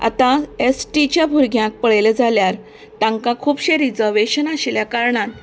आतां एसटीच्या भुरग्यांक पळयले जाल्यार तांकां खुबशें रिजर्वेशन आशिल्ल्या कारणान